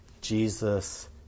Jesus